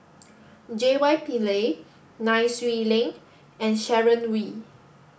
J Y Pillay Nai Swee Leng and Sharon Wee